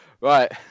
Right